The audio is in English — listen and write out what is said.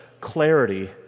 clarity